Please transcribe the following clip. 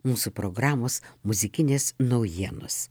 mūsų programos muzikinės naujienos